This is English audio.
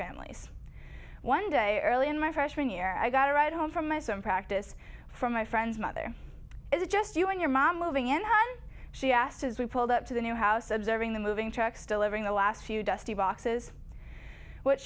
families one day i earlier in my freshman year i got a ride home from my son practice from my friend's mother is just you and your mom moving in she asked as we pulled up to the new house observing the moving trucks delivering the last few dusty boxes what